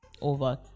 over